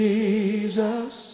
Jesus